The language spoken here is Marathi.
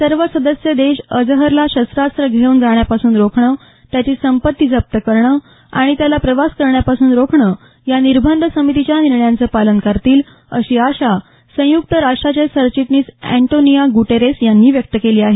सर्व सदस्य देश अझरला शस्त्रास्त्र घेऊन जाण्यापासून रोखणं त्याची संपत्ती जप्त करणं आणि त्याला प्रवास करण्यापासून रोखणं या निर्बंध समितीच्या निर्णयांचं पालन करतील अशी आशा संयुक्त राष्ट्राचे सरचिटणीस अँटोनियो गुटेरेस यांनी व्यक्त केली आहे